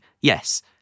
yes